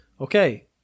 okay